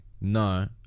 no